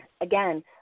again